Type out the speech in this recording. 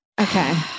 Okay